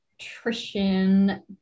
nutrition